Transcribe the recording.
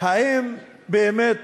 אם באמת